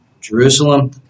Jerusalem